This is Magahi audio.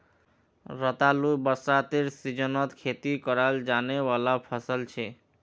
रतालू बरसातेर सीजनत खेती कराल जाने वाला फसल छिके